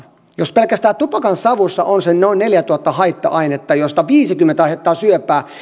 jos pelkästään tupakansavussa on noin neljätuhatta haitta ainetta joista viisikymmentä aiheuttaa syöpää